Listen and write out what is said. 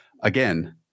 again